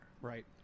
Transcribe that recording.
Right